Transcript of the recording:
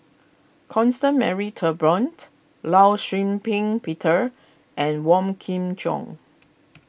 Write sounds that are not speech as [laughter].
Constance Mary Turnbull [unintelligible] Law Shau Ping Peter and Wong Kin Jong